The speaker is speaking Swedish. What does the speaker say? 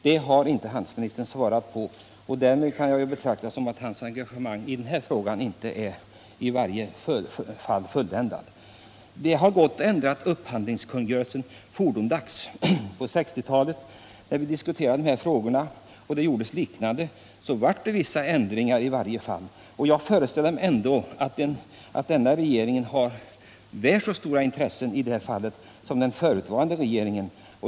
Det har inte handelsministern svarat på, och därmed kan jag ju betrakta det så att hans engagemang i den här frågan i varje fall är inte fulländat. Det har gått att ändra upphandlingskungörelsen förr. På 1960-talet, när vi diskuterade dessa frågor och det gjordes liknande framställningar, blev det vissa ändringar. Jag föreställer mig ändå att denna regering har väl så stora intressen i det här fallet som den föregående regeringen.